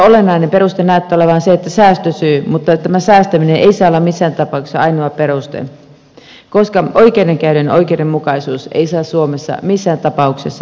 olennainen peruste näyttää olevan säästösyy mutta tämä säästäminen ei saa olla missään tapauksessa ainoa peruste koska oikeudenkäynnin oikeudenmukaisuus ei saa suomessa missään tapauksessa heikentyä